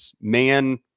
man